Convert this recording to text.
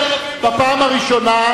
בפעם הראשונה.